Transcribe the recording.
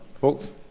Folks